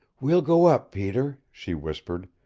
we'll go up, peter, she whispered.